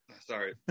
sorry